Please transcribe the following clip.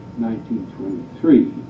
1923